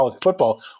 football